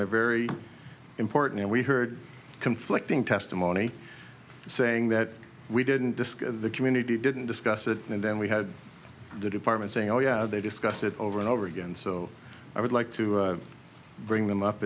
they're very important and we heard conflicting testimony saying that we didn't discuss the community didn't discuss it and then we had the department saying oh yeah they discussed it over and over again so i would like to bring them up